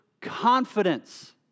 confidence